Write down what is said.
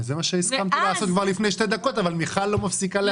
זה מה שהסכמתי לעשות לפני שתי דקות אבל מיכל לא מפסיקה להגיד לי.